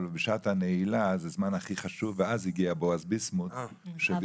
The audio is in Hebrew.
אבל שעת הנעילה זה הזמן הכי חשוב ואז הגיע בועז ביסמוט שבזכותו